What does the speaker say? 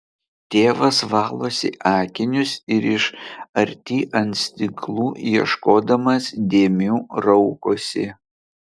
tėvas valosi akinius ir iš arti ant stiklų ieškodamas dėmių raukosi